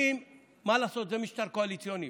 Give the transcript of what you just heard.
מה לעשות, זה משטר קואליציוני.